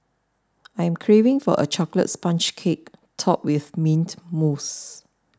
I am craving for a Chocolate Sponge Cake Topped with Mint Mousse